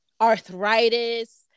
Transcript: arthritis